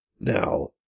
Now